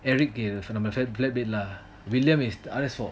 eric சொன்னான் மச்சான் இது:sonnan machan ithu villa based அரசோ:araso